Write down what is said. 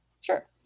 Sure